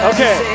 Okay